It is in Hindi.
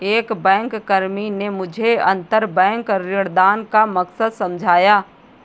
एक बैंककर्मी ने मुझे अंतरबैंक ऋणदान का मकसद समझाया